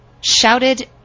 Shouted